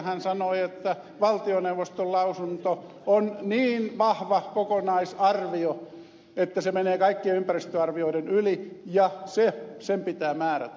hän sanoi että valtioneuvoston lausunto on niin vahva kokonaisarvio että se menee kaikkien ympäristöarvioiden yli ja sen pitää määrätä